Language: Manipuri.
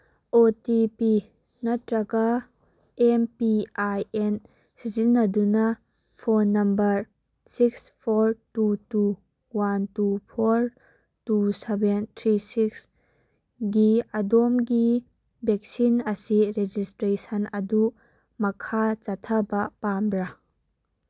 ꯑꯣ ꯇꯤ ꯄꯤ ꯅꯠꯇ꯭ꯔꯒ ꯑꯦꯝ ꯄꯤ ꯑꯥꯏ ꯑꯦꯟ ꯁꯤꯖꯤꯟꯅꯗꯨꯅ phone number six four two two one two four two seven three ꯁꯤꯛꯁꯒꯤ ꯑꯗꯣꯝꯒꯤ ꯚꯦꯛꯁꯤꯟ ꯑꯁꯤ ꯔꯦꯖꯤꯁꯇ꯭ꯔꯦꯁꯟ ꯑꯗꯨ ꯃꯈꯥ ꯆꯠꯊꯕ ꯄꯥꯝꯕ꯭ꯔꯥ